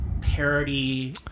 parody